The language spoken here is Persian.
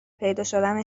پیداشدن